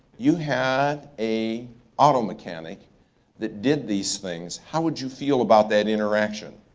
you had a auto mechanic that did these things, how would you feel about that interaction?